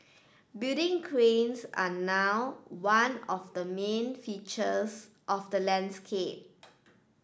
building cranes are now one of the main features of the landscape